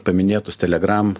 paminėtus telegram